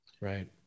right